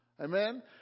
Amen